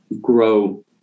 Grow